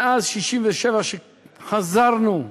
מאז 1967, כשחזרנו,